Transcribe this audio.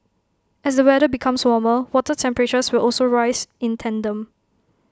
as the weather becomes warmer water temperatures will also rise in tandem